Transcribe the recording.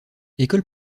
école